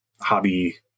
hobby